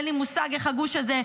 אין לי מושג איך הגוש הזה,